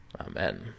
Amen